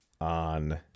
on